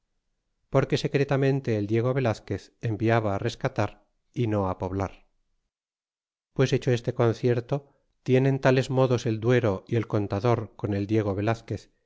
porque secretamente el diego velazquez enviaba rescatar y no á poblar pues hecho este concierto tienen tales modos el duero y el contador con el diego velazquez